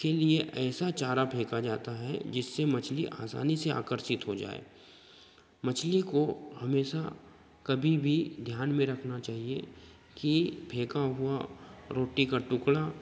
के लिए ऐसा चारा फेंका जाता है जिससे मछली आसानी से आकर्षित हो जाए मछली को हमेशा कभी भी ध्यान में रखना चाहिए कि फेंका हुआ रोटी का टुकड़ा